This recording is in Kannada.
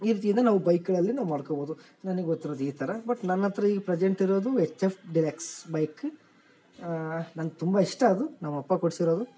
ಈ ರೀತಿಯಿಂದ ನಾವು ಬೈಕ್ಗಳಲ್ಲಿ ನಾವು ಮಾಡ್ಕೋಬೌದು ನನಗ್ ಗೊತ್ತಿರೋದು ಈ ಥರ ಬಟ್ ನನ್ನತ್ರ ಈ ಪ್ರಜೆಂಟ್ ಇರೋದು ಎಚ್ ಎಫ್ ಡಿಲೆಕ್ಸ್ ಬೈಕ್ ನಂಗೆ ತುಂಬ ಇಷ್ಟ ಅದು ನಮ್ಮಅಪ್ಪ ಕೊಡಿಸಿರೋದು